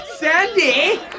Sandy